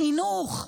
חינוך.